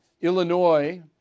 Illinois